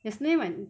yesterday when